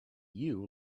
you